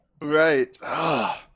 Right